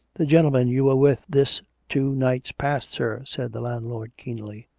the gentlemen you were with this two nights past, sir, said the landlord keenly.